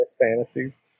fantasies